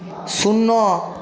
শূন্য